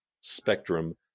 spectrum